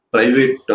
Private